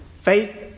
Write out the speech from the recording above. faith